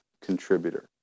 contributor